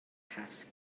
pasg